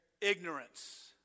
ignorance